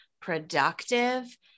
productive